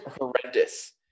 horrendous